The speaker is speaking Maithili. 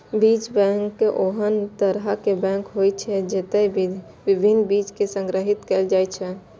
बीज बैंक ओहन तरहक बैंक होइ छै, जतय विभिन्न बीज कें संग्रहीत कैल जाइ छै